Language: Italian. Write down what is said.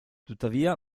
tuttavia